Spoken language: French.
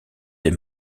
des